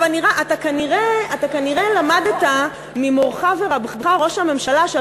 אתה כנראה למדת ממורך ורבך ראש הממשלה,